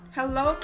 Hello